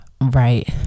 right